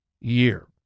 year